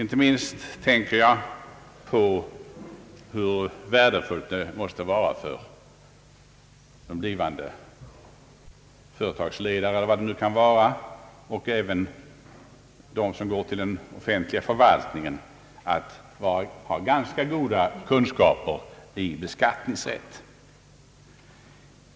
Jag tänker inte minst på hur värdefullt det måste vara för exempelvis en blivande företagsledare eller för den som går till den offentliga förvaltningen att ha goda kunskaper i beskattningsrätt.